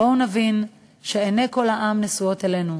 בואו נבין שעיני כל העם נשואות אלינו.